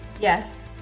Yes